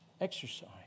exercise